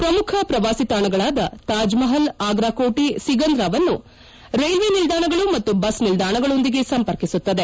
ಶ್ರಮುಖ ಶ್ರವಾಸಿ ತಾಣಗಳಾದ ತಾಜ್ ಮಹಲ್ ಆಗ್ರಾ ಕೋಟೆ ಸಿಕಂದ್ರಾವನ್ನು ರೈಲ್ಲೆ ನಿಲ್ಲಾಣಗಳು ಮತ್ತು ಬಸ್ ನಿಲ್ಲಾಣಗಳೊಂದಿಗೆ ಸಂಪರ್ಕಿಸುತ್ತದೆ